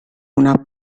una